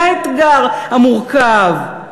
זה האתגר המורכב.